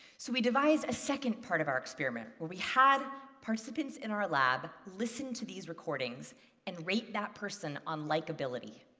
so we devised a second part of our experiment where we had participants in our lab listen to these recordings and rate that person on likeability.